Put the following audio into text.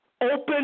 open